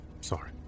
sorry